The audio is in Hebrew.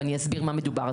ואני אסביר במה מדובר.